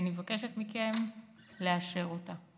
אני מבקשת מכם לאשר אותה.